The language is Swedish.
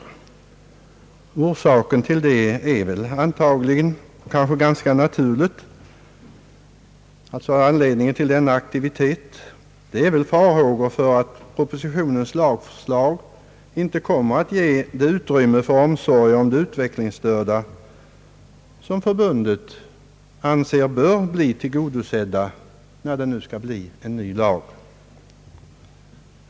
Anledningen till denna aktivitet är väl ganska naturlig, nämligen farhågor för att propositionens lagförslag inte kommer att ge det utrymme för omsorg om de utvecklingsstörda som förbundet anser böra bli tillgodosett, när det nu skall bli en ny lag.